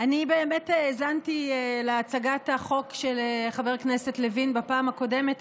אני באמת האזנתי להצגת החוק של חבר הכנסת לוין בפעם הקודמת,